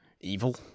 evil